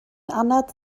anad